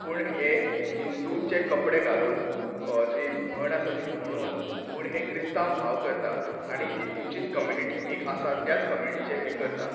पूण हे हिंदूचे कपडे घालून जी म्हण आसा ती म्हणून पूण हे क्रिस्तांव भाव करता आनी ती ताचींच कम्युनिटी एक आसा त्याच कम्युनिटीचे हे करता